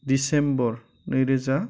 December नैरोजा